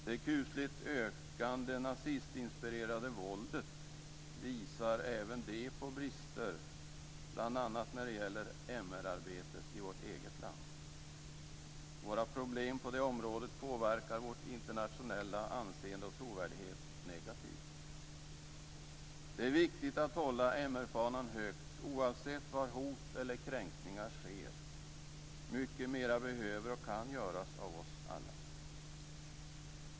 Det kusligt ökande nazistinspirerade våldet visar även på brister i vårt eget land, bl.a. när det gäller MR-arbetet. Våra problem på detta område påverkar vårt internationella anseende och vår trovärdighet negativt. Det är viktigt att hålla MR-fanan högt oavsett var hot eller kränkningar sker. Mycket mera behöver och kan göras av oss alla.